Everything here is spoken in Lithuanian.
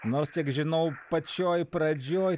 nors kiek žinau pačioj pradžioj